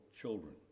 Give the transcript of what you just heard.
Children